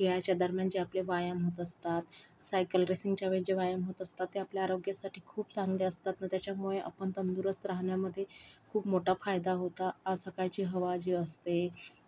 खेळाच्या दरम्यान जे आपले व्यायाम होत असतात सायकल रेसिंगच्या वेळी जे व्यायाम होत असतात ते आपल्या आरोग्यासाठी खूप चांगले असतात तर त्याच्यामुळे आपण तंदुरुस्त राहण्यामध्ये खूप मोठा फायदा होता आज सकाळची हवा जी असते